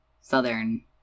Southern